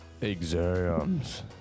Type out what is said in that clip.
exams